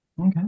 Okay